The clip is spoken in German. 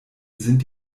sind